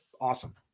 awesome